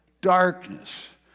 darkness